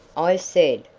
i said,